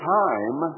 time